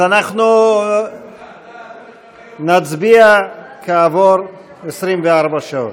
אנחנו נצביע כעבור 24 שעות.